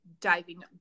diving